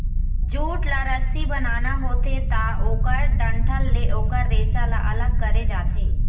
jute ल रस्सी बनाना होथे त ओखर डंठल ले ओखर रेसा ल अलग करे जाथे